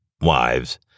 wives